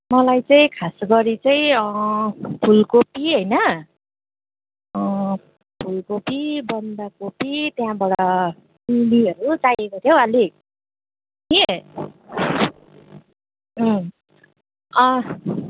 मलाईँ चाहिँ खास गरी चाहिँ फुलकोपी होइन फुलकोपी बन्दकोपी त्यहाँबाट सिँबीहरू चाहिएको थियो हौ अलिक कि अँ